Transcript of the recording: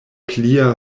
plia